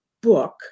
book